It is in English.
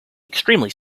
extremely